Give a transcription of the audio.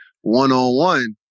one-on-one